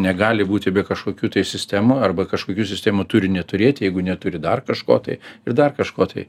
negali būti be kažkokių tai sistemų arba kažkokių sistemų turi neturėti jeigu neturi dar kažko tai ir dar kažko tai